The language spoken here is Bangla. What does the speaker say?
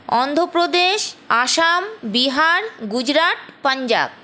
অন্ধ্র প্রদেশ আসাম বিহার গুজরাট পাঞ্জাব